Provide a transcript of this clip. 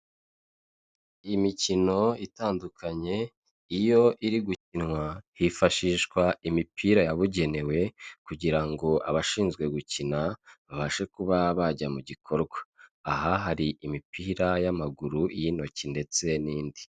Imikino itandukanye, iyo iri gukinwa hifashishwa imipira yabugenewe kugira abashinzwe gukina babashe kuba bajya mu gikorwa, aha hari imipira y'amaguru, iy'intoki ndetse n'indi.